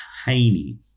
tiny